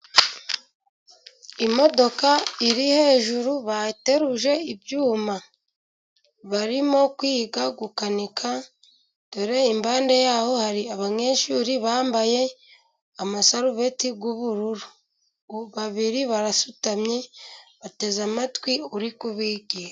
Imodoka iri hejuru bateruje ibyuma. Barimo kwiga gukanika. Dore impande yaho hari abanyeshuri bambaye amasarubati y'ubururu babiri. Barasutamye bateze amatwi uri kubigisha.